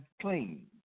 clean